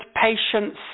patience